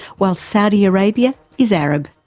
while saudi arabia is arab.